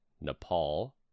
Nepal